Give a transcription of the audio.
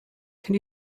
can